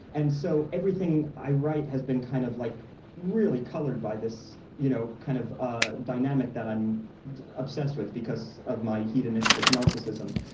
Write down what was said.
and so everything i write has been kind of like really colored by this you know kind of ah dynamic that i'm obsessed with because of my hedonistic narcissism,